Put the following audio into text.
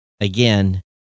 again